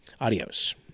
Adios